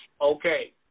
Okay